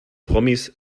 promis